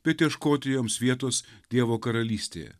bet ieškoti joms vietos dievo karalystėje